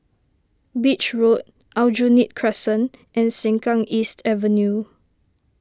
Beach Road Aljunied Crescent and Sengkang East Avenue